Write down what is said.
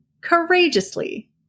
courageously